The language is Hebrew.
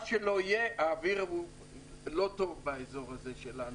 מה שלא יהיה, האוויר לא טוב באזור הזה שלנו.